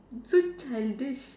so childish